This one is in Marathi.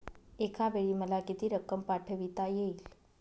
एकावेळी मला किती रक्कम पाठविता येईल?